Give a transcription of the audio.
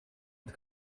het